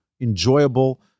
enjoyable